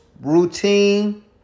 Routine